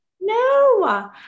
No